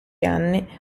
anni